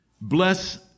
Bless